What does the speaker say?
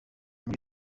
muri